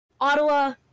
Ottawa